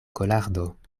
kolardo